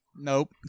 nope